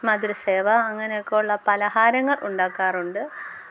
മധുരസേവ അങ്ങനെ ഒക്കെയുള്ള പലഹാരങ്ങൾ ഉണ്ടാക്കാറുണ്ട്